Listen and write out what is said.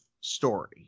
story